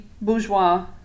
bourgeois